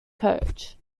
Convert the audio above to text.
coach